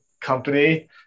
company